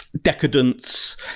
Decadence